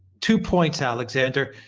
two points, alexander